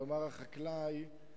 כלומר החקלאי,